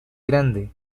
grande